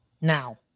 now